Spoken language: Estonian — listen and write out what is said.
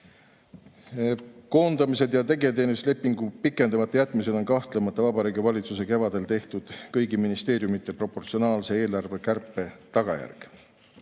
Koondamised ja tegevteenistuslepingu pikendamata jätmised on kahtlemata Vabariigi Valitsuse kevadel tehtud kõigi ministeeriumide proportsionaalse eelarvekärpe tagajärg.